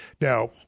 Now